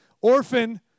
Orphan